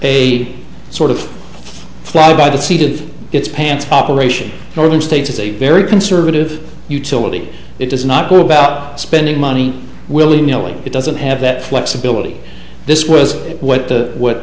a sort of fly by the seat of its pants operation northern states is a very conservative utility it does not go about spending money willy nilly it doesn't have that flexibility this was what the what